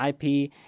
IP